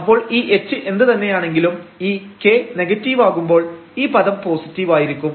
അപ്പോൾ ഈ h എന്ത് തന്നെയാണെങ്കിലും ഈ k നെഗറ്റീവാകുമ്പോൾ ഈ പദം പോസിറ്റീവ് ആയിരിക്കും